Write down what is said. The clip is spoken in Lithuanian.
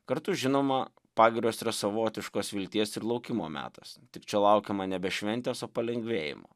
kartu žinoma pagirios yra savotiškos vilties ir laukimo metas tik čia laukiama nebe šventės o palengvėjimo